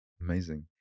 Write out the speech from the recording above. Amazing